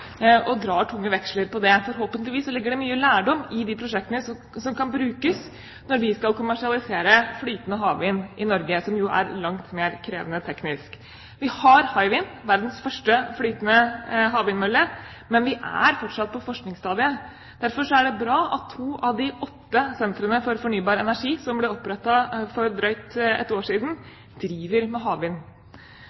og drar tunge veksler på det. Forhåpentligvis ligger det mye lærdom i de prosjektene som kan brukes når vi skal kommersialisere flytende havvind i Norge, som jo er langt mer krevende teknisk. Vi har Hywind, verdens første flytende havvindmølle, men vi er fortsatt på forskningsstadiet. Derfor er det bra at to av de åtte sentrene for fornybar energi som ble opprettet for drøyt et år siden,